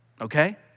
okay